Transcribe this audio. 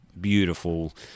beautiful